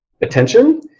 attention